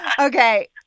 Okay